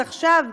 עכשיו,